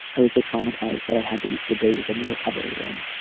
i was so traumatized that i had to be sedated in the recovery room.